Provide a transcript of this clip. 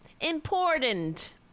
Important